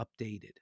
updated